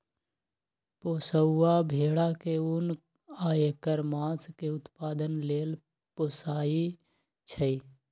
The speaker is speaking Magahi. पोशौआ भेड़ा के उन आ ऐकर मास के उत्पादन लेल पोशइ छइ